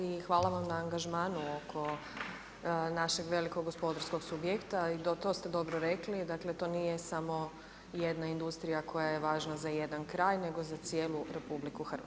I hvala vam na angažmanu oko našeg velikog gospodarskog subjekta i to ste dobro rekli, dakle to nije samo jedna industrija koja je važan za jedan kraj, nego za cijelu RH.